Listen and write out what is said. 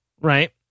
right